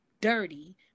dirty